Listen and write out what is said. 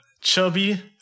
chubby